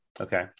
Okay